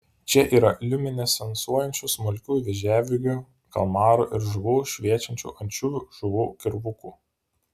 čia yra liuminescuojančių smulkių vėžiagyvių kalmarų ir žuvų šviečiančių ančiuvių žuvų kirvukų